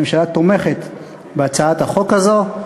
הממשלה תומכת בהצעת החוק הזאת.